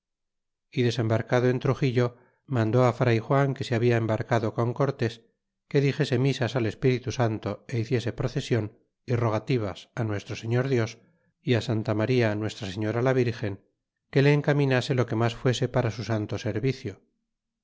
y desembarcado en truxillo mandó á fray juan que se habla embarcado con cortés que dixese misas al espíritu santo ó hiciese procesion y rogativas á nuestro señor dios y santa maria nuestra señora la virgen que le encaminase lo que mas fuese para su santo servicio